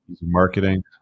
Marketing